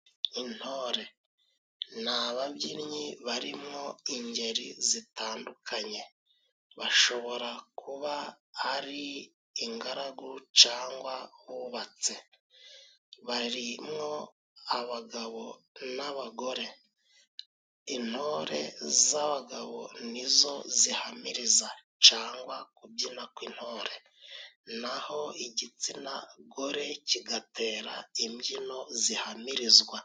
Intore ni ababyinnyi barimwo ingeri zitandukanye, bashobora kuba ari ingaragu cyangwa bubatse, barimwo abagabo n'abagore. Intore z'abagabo nizo zihamiriza cyangwa kubyina kw'intore naho igitsina gore kigatera imbyino zihamirizwa.